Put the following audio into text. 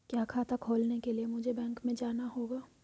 क्या खाता खोलने के लिए मुझे बैंक में जाना होगा?